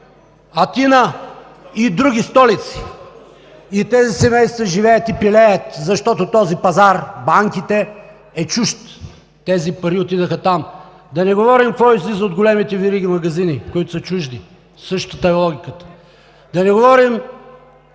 Атина и други столици. И тези семейства живеят и пилеят, защото този пазар – банките, е чужд. Тези пари отидоха там. Да не говорим какво излиза от големите вериги магазини, които са чужди. Същата е логиката. Да не говорим